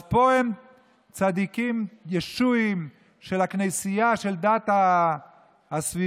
אז פה הם צדיקים ישועים של הכנסייה, של דת הסביבה,